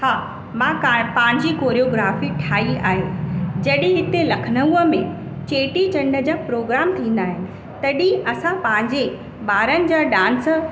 हा मां का पंहिंजी कोर्योग्राफ़ी ठाहीं आहे जॾहिं हिते लखनऊ में चेटीचंड जा प्रोग्राम थींदा आहिनि तॾहिं असां पंहिंजे ॿारनि जा डांस